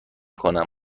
کنم